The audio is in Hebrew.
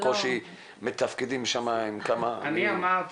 בקושי מתפקדים שמה עם כמה --- באו